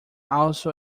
also